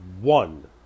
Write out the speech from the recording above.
one